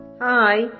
Hi